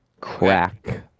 Crack